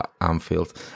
Anfield